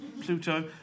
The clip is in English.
Pluto